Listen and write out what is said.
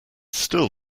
still